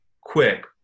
quick